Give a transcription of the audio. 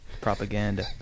propaganda